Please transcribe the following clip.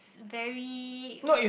very